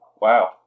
Wow